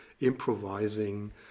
improvising